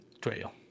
trail